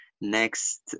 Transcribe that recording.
next